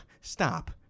Stop